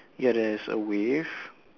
ya there is a wave